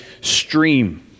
stream